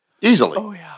easily